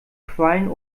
quallen